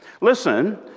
Listen